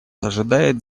ожидает